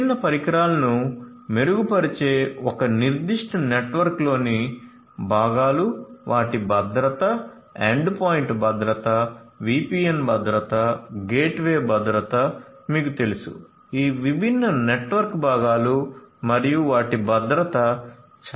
విభిన్న పరికరాలను మెరుగుపరిచే ఒక నిర్దిష్ట నెట్వర్క్లోని భాగాలు వాటి భద్రత ఎండ్ పాయింట్ భద్రత VPN భద్రత గేట్వే భద్రత మీకు తెలుసు ఈ విభిన్న నెట్వర్క్ భాగాలు మరియు వాటి భద్రత చాలా ముఖ్యమైనవి